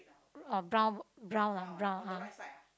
uh brown brown lah brown ah